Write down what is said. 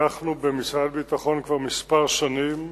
אנחנו במשרד הביטחון, כבר כמה שנים,